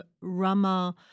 Rama